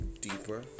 deeper